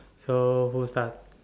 so start